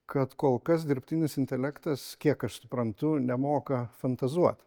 kad kol kas dirbtinis intelektas kiek aš suprantu nemoka fantazuot